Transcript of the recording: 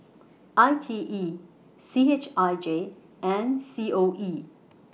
I T E C H I J and C O E